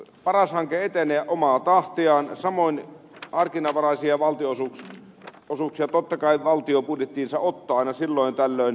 paras hanke etenee omaa tahtiaan samoin harkinnanvaraisia valtionosuuksia totta kai valtio budjettiinsa ottaa aina silloin tällöin